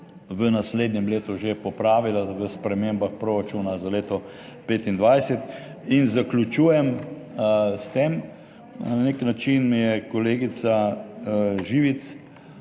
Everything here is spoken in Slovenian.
v naslednjem letu že popravila v spremembah proračuna za leto 2025. In zaključujem s tem, na nek način mi je kolegica Živic